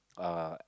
uh